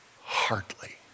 Hardly